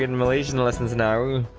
and malaysian losses narrowed